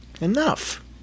Enough